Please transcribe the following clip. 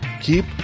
Keep